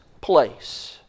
place